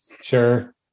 sure